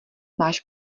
máš